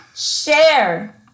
Share